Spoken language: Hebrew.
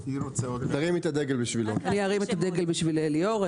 אני ארים את הדגל בשביל ליאור.